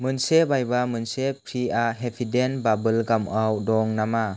मोनसे बायबा मोनसे फ्रिआ हेपिडेन्ट बाबोल गामाव दं नामा